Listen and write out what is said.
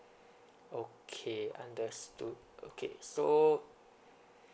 okay understood okay so